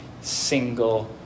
single